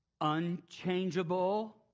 unchangeable